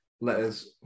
Letters